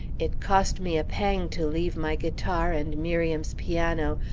it cost me a pang to leave my guitar, and miriam's piano,